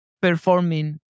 performing